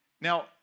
Now